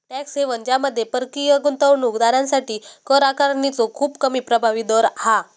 tax haven ज्यामध्ये परकीय गुंतवणूक दारांसाठी कर आकारणीचो खूप कमी प्रभावी दर हा